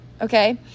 okay